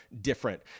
different